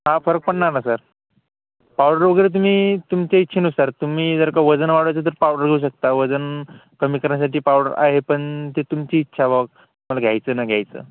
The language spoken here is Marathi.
हां फरक पडणार ना सर पावडर वगैरे तुम्ही तुमच्या इच्छेनुसार तुम्ही जर का वजन वाढवायचं तर पावडर घेऊ शकता वजन कमी करण्यासाठी पावडर आहे पण ती तुमची इच्छा ब तुम्हाला घ्यायचं ना घ्यायचं